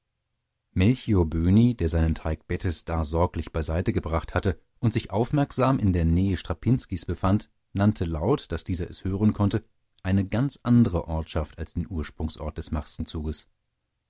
melchior böhni der seinen teich bethesda sorglich beiseite gebracht hatte und sich aufmerksam in der nähe strapinskis befand nannte laut daß dieser es hören konnte eine ganz andere ortschaft als den ursprungsort des